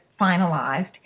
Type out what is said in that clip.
finalized